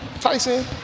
Tyson